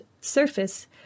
surface